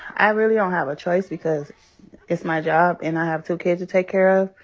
i really don't have a choice because it's my job, and i have two kids to take care of.